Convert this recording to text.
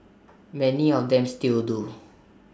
many of them still do